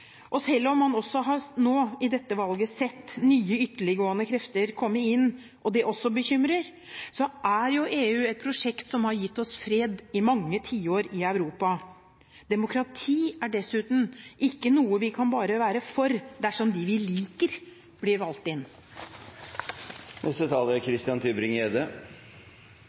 Selv om man nå ved dette valget har sett nye ytterliggående krefter komme inn – og det også bekymrer – er EU et prosjekt som har gitt oss fred i mange tiår i Europa. Demokrati er dessuten ikke noe man bare kan være for dersom de man liker, blir valgt inn.